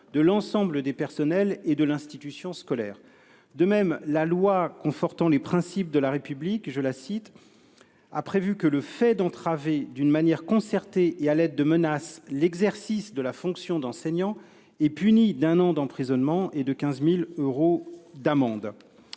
de l'ensemble des personnels et de l'institution scolaire. » De même, la loi du 24 août 2021 confortant le respect des principes de la République dispose :« Le fait d'entraver, d'une manière concertée et à l'aide de menaces, l'exercice de la fonction d'enseignant est puni d'un an d'emprisonnement et de 15 000 euros d'amende.